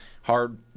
hard